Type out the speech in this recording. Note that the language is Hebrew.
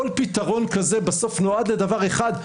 כל פתרון כזה בסוף נועד לדבר אחד,